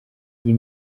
iyi